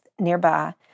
nearby